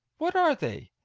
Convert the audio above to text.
what are they?